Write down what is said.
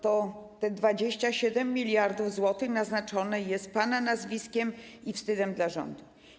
Te 27 mld zł naznaczone jest pana nazwiskiem i wstydem dla rządu.